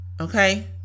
okay